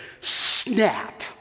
snap